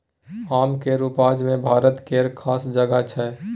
आम केर उपज मे भारत केर खास जगह छै